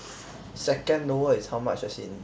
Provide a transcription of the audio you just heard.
second lower is how much as in